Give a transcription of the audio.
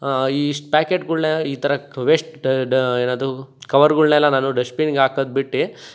ಇಷ್ಟ್ ಪ್ಯಾಕೆಟ್ಗಳ್ನ ಈ ಥರಕ್ ವೆಶ್ಟ್ ಡ ಏನದು ಕವರ್ಗಳ್ನೆಲ ನಾನು ಡಶ್ಟ್ಬಿನಿಗೆ ಹಾಕೋದ್ ಬಿಟ್ಟು